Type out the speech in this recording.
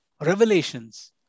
revelations